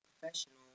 professional